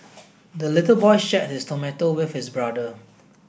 the little boy shared his tomato with his brother